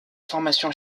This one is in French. formation